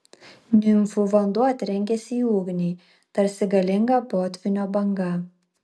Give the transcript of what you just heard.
nimfų vanduo trenkėsi į ugnį tarsi galinga potvynio banga